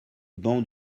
bancs